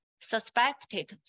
suspected